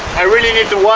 i really need a